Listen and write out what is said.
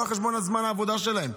לא על חשבון זמן העבודה שלהם.